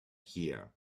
here